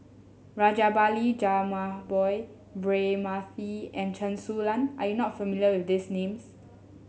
Rajabali Jumabhoy Braema Mathi and Chen Su Lan are you not familiar with these names